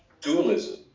dualism